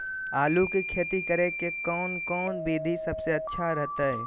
आलू की खेती करें के कौन कौन विधि सबसे अच्छा रहतय?